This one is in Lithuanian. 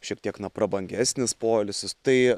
šiek tiek prabangesnis poilsis tai